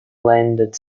landed